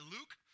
Luke